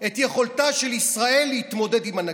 את יכולתה של ישראל להתמודד עם הנגיף.